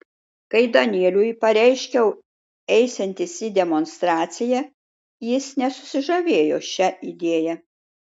kai danieliui pareiškiau eisiantis į demonstraciją jis nesusižavėjo šia idėja